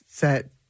Set